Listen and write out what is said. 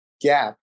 Gap